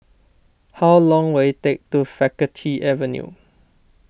how long will it take to Faculty Avenue